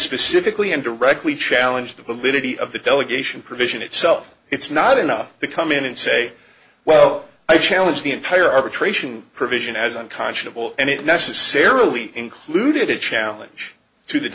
specifically and directly challenge the validity of the delegation provision itself it's not enough to come in and say well i challenge the entire arbitration provision as unconscionable and it necessarily included a challenge to the